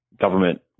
government